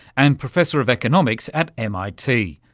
and professor of economics at mit,